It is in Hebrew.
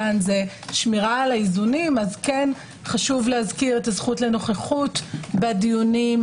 שמירה על האיזונים כן חשוב להזכיר את הזכות לנוכחות בדיונים,